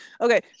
Okay